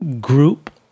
group